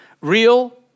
Real